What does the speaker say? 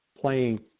playing